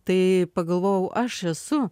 tai pagalvojau aš esu